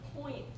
point